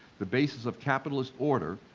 the basis of capitalist order,